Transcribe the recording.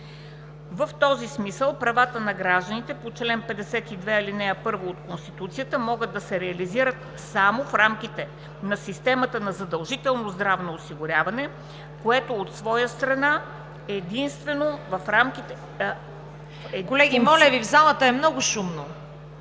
В този смисъл правата на гражданите по чл. 52, ал. 1 от Конституцията могат да се реализират само в рамките на системата на задължително здравно осигуряване, което, от своя страна,…“ ПРЕДСЕДАТЕЛ ЦВЕТА КАРАЯНЧЕВА: Колеги, моля Ви, в залата е много шумно.